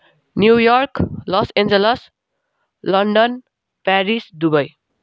New York Los Angeles London Paris Dubai